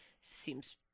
seems